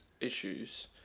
issues